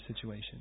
situation